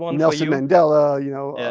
um nelson mandela, you know,